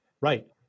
right